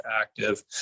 active